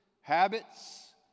habits